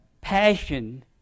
passion